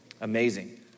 Amazing